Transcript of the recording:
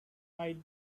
might